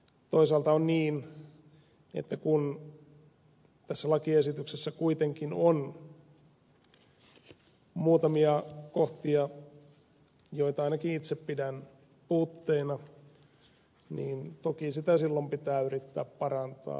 toisaalta on niin että kun tässä lakiesityksessä kuitenkin on muutamia kohtia joita ainakin itse pidän puutteina niin toki sitä silloin pitää yrittää parantaa